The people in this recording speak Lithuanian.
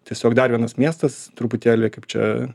tiesiog dar vienas miestas truputėlį kaip čia